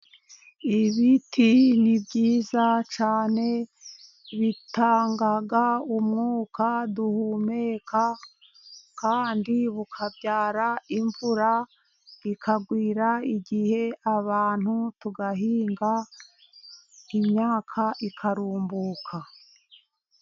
Ibiti ni byiza cyane, bitanga umwuka duhumeka, kandi bikabyara imvura ikagwira igihe, abantu tugahinga imyaka ikarumbuka.